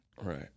Right